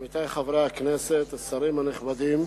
עמיתי חברי הכנסת, השרים הנכבדים,